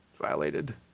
violated